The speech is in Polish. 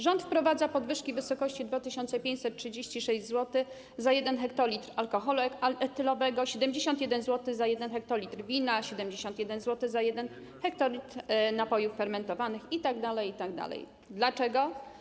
Rząd wprowadza podwyżki w wysokości 2536 zł za 1 hl alkoholu etylowego, 71 zł za 1 hl wina, 71 zł za 1 hl napojów fermentowanych itd., itd. Dlaczego?